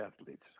athletes